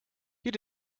you